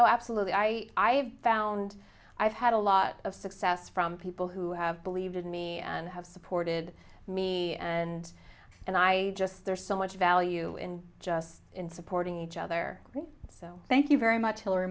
oh absolutely i i have found i've had a lot of success from people who have believed in me and have supported me and and i just there's so much value in just in supporting each other so thank you very much hilary